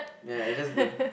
ya just go